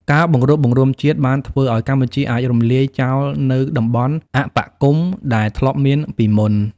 ការបង្រួបបង្រួមជាតិបានធ្វើឱ្យកម្ពុជាអាចរំលាយចោលនូវតំបន់អបគមន៍ដែលធ្លាប់មានពីមុន។